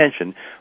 attention